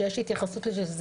יש התייחסות לזה,